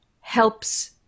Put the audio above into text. helps